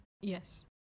Yes